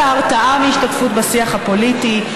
על ההרתעה מהשתתפות בשיח הפוליטי,